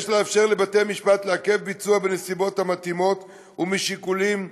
יש לאפשר לבתי-המשפט לעכב ביצוע בנסיבות המתאימות ומשיקולים שיירשמו,